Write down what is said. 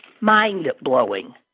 mind-blowing